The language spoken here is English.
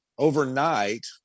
Overnight